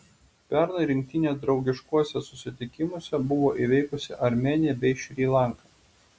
pernai rinktinė draugiškuose susitikimuose buvo įveikusi armėniją bei šri lanką